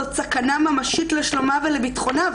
זאת סכנה ממשית לשלומה ולביטחונה,